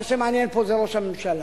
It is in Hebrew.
מה שמעניין פה זה ראש הממשלה.